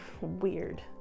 weird